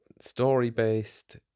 story-based